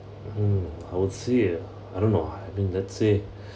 mm I would say uh I don't know I mean let's say